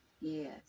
Yes